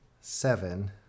seven